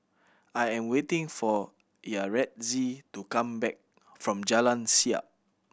I am waiting for Yaretzi to come back from Jalan Siap